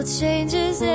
changes